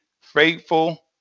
faithful